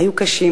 היו קשים.